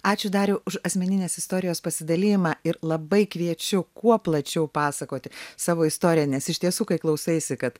ačiū dariau už asmeninės istorijos pasidalijimą ir labai kviečiu kuo plačiau pasakoti savo istoriją nes iš tiesų kai klausaisi kad